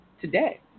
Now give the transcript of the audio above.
today